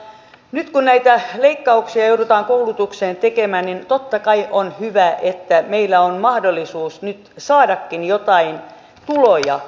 nyt kun näitä leikkauksia joudutaan koulutukseen tekemään niin totta kai on hyvä että meillä on mahdollisuus nyt saadakin jotain tuloja